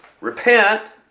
Repent